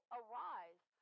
arise